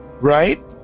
Right